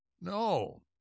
no